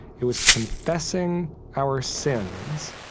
it was confessing our sins,